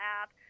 app